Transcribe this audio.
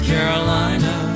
Carolina